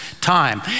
time